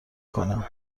کنم